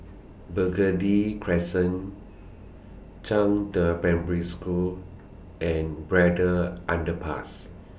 Burgundy Crescent Zhangde Primary School and Braddell Underpass